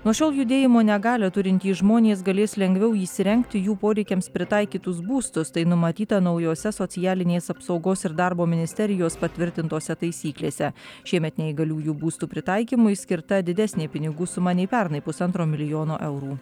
nuo šiol judėjimo negalią turintys žmonės galės lengviau įsirengti jų poreikiams pritaikytus būstus tai numatyta naujose socialinės apsaugos ir darbo ministerijos patvirtintose taisyklėse šiemet neįgaliųjų būstų pritaikymui skirta didesnė pinigų suma nei pernai pusantro milijono eurų